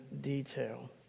detail